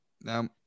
Now